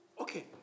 Okay